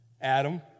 Adam